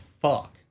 fuck